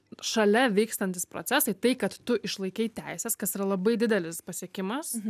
šalia vykstantys procesai tai kad tu išlaikei teisės kas yra labai didelis pasiekimas